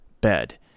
bed